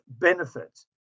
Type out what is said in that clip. benefits